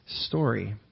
story